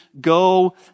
go